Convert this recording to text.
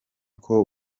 uko